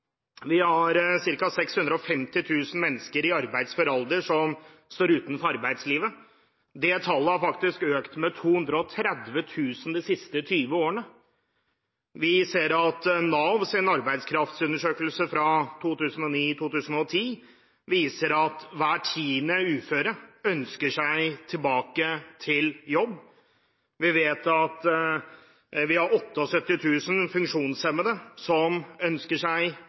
Vi har ca. 650 000 mennesker i arbeidsfør alder som står utenfor arbeidslivet. Det tallet har faktisk økt med 230 000 de siste 20 årene. Vi ser at Navs arbeidskraftsundersøkelse fra 2009–2010 viser at hver tiende uføre ønsker seg tilbake til jobb. Vi vet at vi har 78 000 funksjonshemmede som ønsker seg